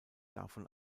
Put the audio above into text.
davon